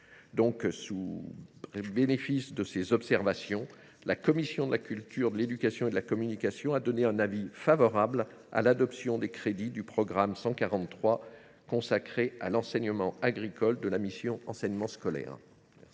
Sous le bénéfice de ces observations, la commission de la culture, de l’éducation et de la communication a donné un avis favorable sur l’adoption des crédits du programme 143, consacré à l’enseignement agricole, de la mission « Enseignement scolaire